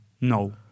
No